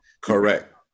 Correct